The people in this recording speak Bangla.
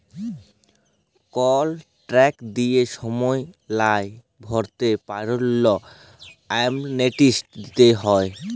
কল ট্যাক্স ঠিক সময় লায় ভরতে পারল্যে, অ্যামনেস্টি দিতে হ্যয়